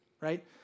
right